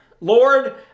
Lord